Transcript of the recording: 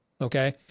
okay